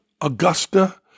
Augusta